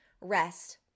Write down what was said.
rest